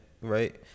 right